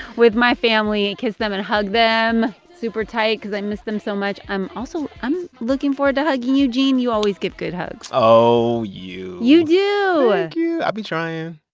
with my family and kiss them and hug them super tight because i miss them so much. i'm also i'm looking forward to hugging you, gene. you always give good hugs oh, you you do thank you. i be trying